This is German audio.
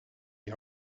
die